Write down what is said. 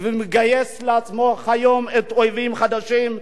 ומגייס לעצמו היום אויבים חדשים,